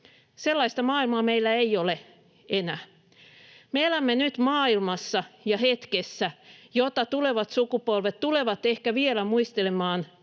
Sellaista maailmaa meillä ei ole enää. Me elämme nyt maailmassa ja hetkessä, jota tulevat sukupolvet tulevat ehkä vielä muistelemaan